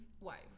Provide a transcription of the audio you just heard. wife